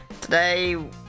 Today